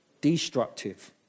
destructive